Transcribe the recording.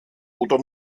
oder